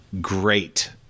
great